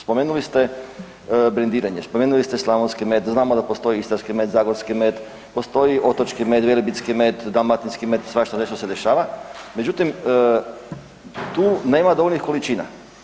Spomenuli ste brendiranje, spomenuli ste slavonski med, znamo da postoji istarski med, zagorski med, postoji otočki med, velebitski med, dalmatinski med, svašta nešto se dešava, međutim tu nema dovoljnih količina.